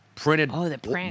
Printed